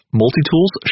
multi-tools